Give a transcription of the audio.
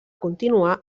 continuar